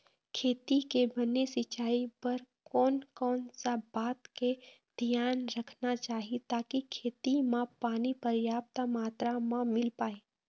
खेती के बने सिचाई बर कोन कौन सा बात के धियान रखना चाही ताकि खेती मा पानी पर्याप्त मात्रा मा मिल पाए?